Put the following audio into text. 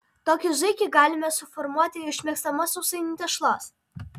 tokį zuikį galime suformuoti iš mėgstamos sausainių tešlos